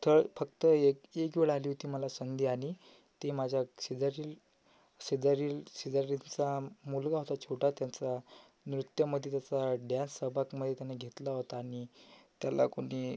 तर फक्त एक एक वेळ आली होती मला संधी आणि ती माझ्या शेजारील शेजारील शेजारचेचचा मुलगा होता छोटा त्याचा नृत्यामध्ये त्याचा डॅन्स सहभागमध्ये त्याने घेतला होता आणि त्याला कोणी